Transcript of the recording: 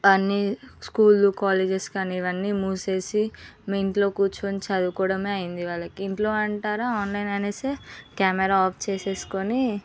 అన్నీ స్కూల్లు కాలేజెస్ కానీ ఇవన్నీ మూసేసి మీ ఇంట్లో కూర్చొని చదువుకోవడమే అయింది వాళ్ళకి ఇంట్లో అంటారా ఆన్లైన్ అని కెమెరా ఆఫ్ చేసేసుకుని